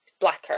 blacker